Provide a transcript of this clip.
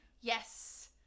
Yes